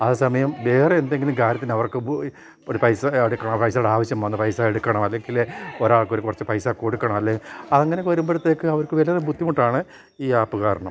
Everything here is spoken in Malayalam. ആ സമയം വേറെ എന്തെങ്കിലും കാര്യത്തിന് അവർക്ക് പൈസ എടുക്കണം പൈസയുടെ ആവശ്യം വന്നാൽ പൈസ എടുക്കണം അല്ലെങ്കിൽ ഒരാൾക്ക് ഒരു കുറച്ചു പൈസ കൊടുക്കണം അല്ല അങ്ങനെ വരുമ്പോഴത്തേക്ക് അവർക്ക് വളരെ ബുദ്ധിമുട്ടാണ് ഈ ആപ്പ് കാരണം